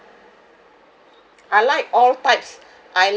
I like all types I like